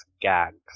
GAGs